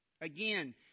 again